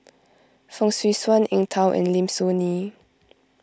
Fong Swee Suan Eng Tow and Lim Soo Ngee